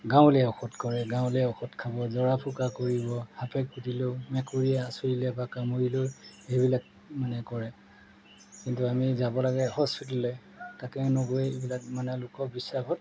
গাঁৱলীয়া ঔষধ কৰে গাঁৱলীয়া ঔষধ খাব জৰা ফুকা কৰিব সাপে খুঁটিলেও মেকুৰীয়ে আঁচুৰিলে বা কামুৰিলেও সেইবিলাক মানে কৰে কিন্তু আমি যাব লাগে হস্পিতেললৈ তাকে নগৈ এইবিলাক মানে লোকবিশ্বাসত